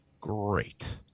great